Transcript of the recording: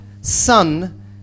son